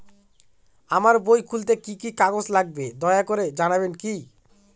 আমার বই খুলতে কি কি কাগজ লাগবে দয়া করে জানাবেন কি?